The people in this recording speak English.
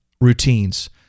routines